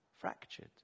fractured